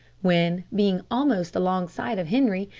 when, being almost alongside of henri,